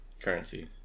currency